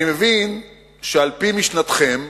אני מבין שעל-פי משנתכם,